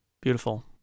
beautiful